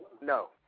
No